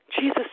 Jesus